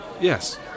Yes